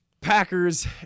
Packers